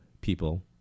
people